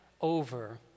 over